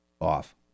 off